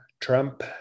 Trump